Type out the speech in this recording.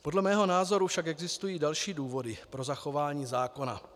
Podle mého názoru však existují další důvody pro zachování zákona.